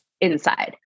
inside